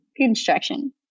construction